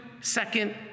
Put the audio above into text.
second